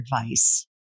advice